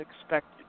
expected